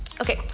Okay